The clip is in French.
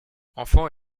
enfant